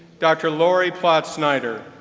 dr. lori ploutz-snyder.